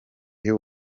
y’u